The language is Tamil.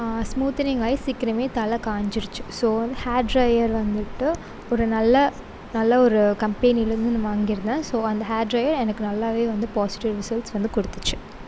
ஸ்மூத்தினிங் ஆகி சீக்கிரமே தலை காய்ஞ்சிடுச்சி ஸோ வந்து ஹேர் டிரையர் வந்துவிட்டு ஒரு நல்ல நல்ல ஒரு கம்பெனிலந்து நான் வாங்கியிருந்தேன் ஸோ அந்த ஹேர் டிரையர் எனக்கு நல்லாவே வந்து பாசிட்டிவ் ரிசல்ட்ஸ் வந்து கொடுத்துச்சி